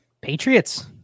Patriots